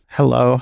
Hello